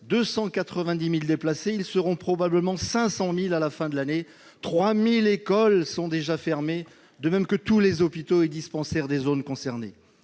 290 000 déplacés, ils seront probablement 500 000 à la fin de l'année ; 3 000 écoles sont déjà fermées, de même que tous les hôpitaux et dispensaires des zones concernées.